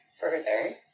further